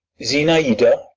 zinaida,